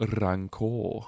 rancor